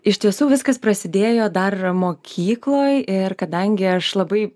iš tiesų viskas prasidėjo dar mokykloj ir kadangi aš labai